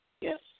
Yes